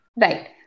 Right